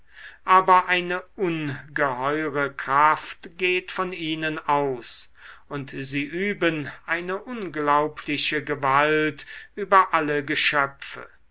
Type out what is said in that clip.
aber eine ungeheure kraft geht von ihnen aus und sie üben eine unglaubliche gewalt über alle geschöpfe